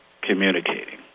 communicating